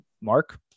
Mark